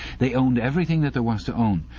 they owned everything that there was to own.